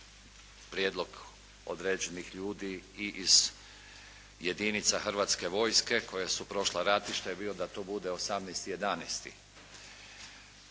prijedlog određenih ljudi i iz jedinica Hrvatske vojske koja su prošle ratište bio da to bude 18. 11.